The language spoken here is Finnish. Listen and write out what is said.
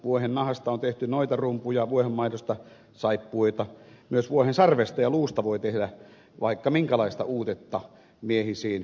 vuohennahasta on tehty noitarumpuja vuohenmaidosta saippuoita myös vuohen sarvesta ja luusta voi tehdä vaikka minkälaista uutetta miehisiin vaivoihin